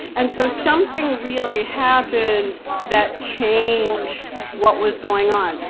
and so something really happened that changed what was going on.